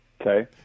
Okay